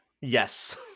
Yes